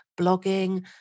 blogging